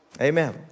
Amen